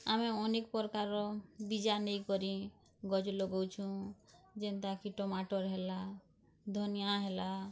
ଆମେ ଅନେକ୍ ପ୍ରକାରର୍ ବୀଜା ନେଇ କରି ଗଯ୍ ଲଗଉଛୁ ଜେନ୍ତା କି ଟମାଟୋ ହେଲା ଧନିଆ ହେଲା